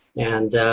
and,